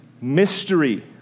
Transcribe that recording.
mystery